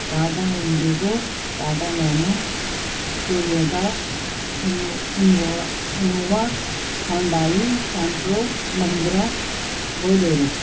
Tata Indigo Tata Nano Toyota Innova Hyundai Santro Mahindra Bolero